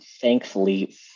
thankfully